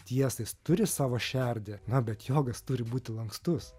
tiesą jis turi savo šerdį na bet jogas turi būti lankstus